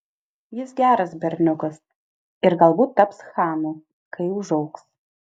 jis geras berniukas ir galbūt taps chanu kai užaugs